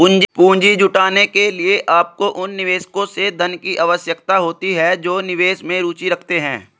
पूंजी जुटाने के लिए, आपको उन निवेशकों से धन की आवश्यकता होती है जो निवेश में रुचि रखते हैं